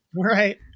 right